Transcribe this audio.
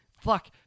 fuck